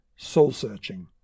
soulsearching